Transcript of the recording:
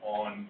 on